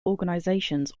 organisations